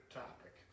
topic